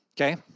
Okay